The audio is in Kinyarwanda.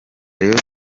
rayon